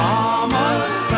Mama's